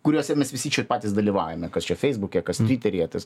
kuriose mes visi čia patys dalyvaujame kas čia feisbuke kas tviteryje tas